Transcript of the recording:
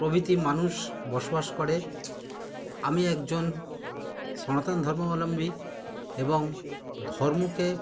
প্রভৃতি মানুষ বসবাস করে আমি একজন সনাতন ধর্মাবলম্বী এবং ধর্মকে